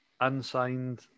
unsigned